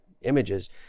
images